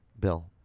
Bill